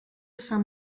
sant